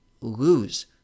lose